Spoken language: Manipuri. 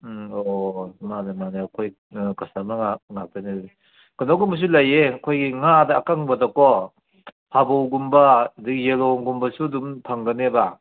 ꯎꯝ ꯑꯣ ꯑꯣ ꯑꯣ ꯑꯣ ꯃꯥꯅꯦ ꯃꯥꯅꯦ ꯑꯩꯈꯣꯏ ꯀꯁꯇꯃꯔ ꯉꯥꯛ ꯉꯥꯛꯇꯅꯦ ꯀꯩꯅꯣꯒꯨꯝꯕꯁꯨ ꯂꯩꯌꯦ ꯑꯩꯈꯣꯏꯒꯤ ꯉꯥꯗ ꯑꯀꯪꯕꯗꯀꯣ ꯐꯥꯕꯧꯒꯨꯝꯕ ꯑꯗꯩ ꯌꯦꯂꯣꯡꯒꯨꯝꯕꯁꯨ ꯑꯗꯨꯝ ꯐꯪꯒꯅꯦꯕ